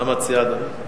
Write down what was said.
מה מציע אדוני?